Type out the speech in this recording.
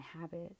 habits